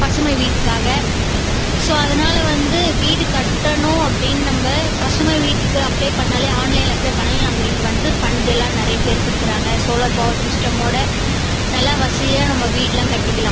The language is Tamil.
பசுமை வீட்டுக்காக ஸோ அதனால் வந்து வீடு கட்டணும் அப்படின்னு நம்ம பசுமை வீட்டுக்கு அப்ளை பண்ணாலே ஆன்லைனில் அப்ளை பண்ணால் நம்மளுக்கு வந்து ஃபண்ட்டெலாம் நெறைய பேர் கொடுக்குறாங்க சோலார் பவர் சிஸ்டமோடு நல்லா வசதியாக நம்ம வீடெலாம் கட்டிக்கலாம்